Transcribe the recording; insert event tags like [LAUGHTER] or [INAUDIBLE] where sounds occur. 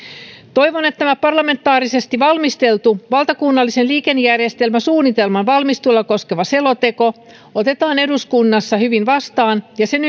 toivon että tämä parlamentaarisesti valmisteltu valtakunnallisen liikennejärjestelmäsuunnitelman valmistelua koskeva selonteko otetaan eduskunnassa hyvin vastaan ja sen [UNINTELLIGIBLE]